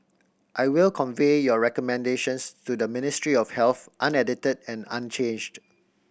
I will convey your recommendations to the Ministry of Health unedited and unchanged